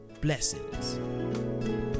Blessings